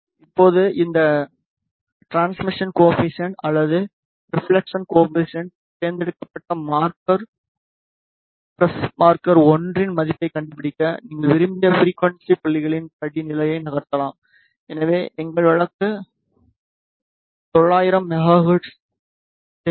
இப்போது இந்த transmission coefficient அல்லது ரெபிளெக்ட் கோஏபிசிஎன்ட்டில் தேர்ந்தெடுக்கப்பட்ட மார்க்கர் பிரஸ் மார்க்கர் 1 இன் மதிப்பைக் கண்டுபிடிக்க நீங்கள் விரும்பிய ஃபிரிக்குவன்ஸி புள்ளியின் படி நிலையை நகர்த்தலாம் எனவே எங்கள் வழக்கு 900 மெகா ஹெர்ட்ஸ் தேர்ந்தெடுக்கும்